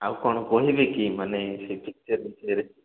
ଆଉ କ'ଣ କହିବେ କି ମାନେ ସେ ପିକ୍ଚର୍ ବିଷୟରେ